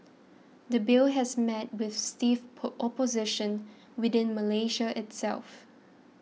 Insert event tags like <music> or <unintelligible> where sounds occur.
the Bill has met with stiff <unintelligible> opposition within Malaysia itself